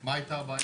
מה הייתה הבעיה?